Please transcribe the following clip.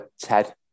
Ted